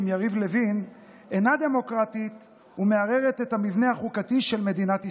יריב לוין אינה דמוקרטית ומערערת את המבנה החוקתי של מדינת ישראל.